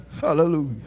Hallelujah